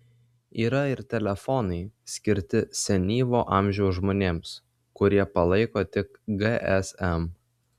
yra ir telefonai skirti senyvo amžiaus žmonėms kurie palaiko tik gsm